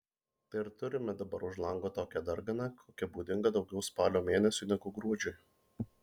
tai ir turime dabar už lango tokią darganą kokia būdinga daugiau spalio mėnesiui negu gruodžiui